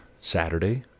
Saturday